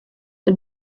der